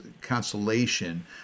consolation